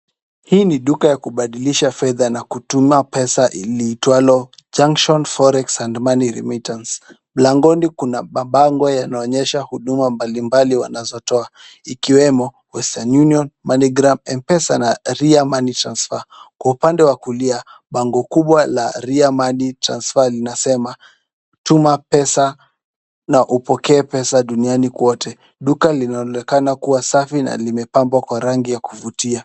Hii duka ya kubadilisha fedha na kutuma pesa liitwalo Junction Forex and Money Remittance. Mlangoni kuna bango yanaonyesha huduma mbali mbali wanazotoa ikiwemo West Union, Moneygram Mpesa na pia Ria Money Transfer. Kwa upande kulia bango kubwa la Ria money transfer linasema tuma pesa na upokee pesa duniani kwote. Duka linaonekana kuwa safi na limepambwa kwa rangi kufutia.